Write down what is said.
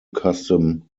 custom